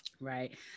Right